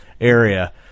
area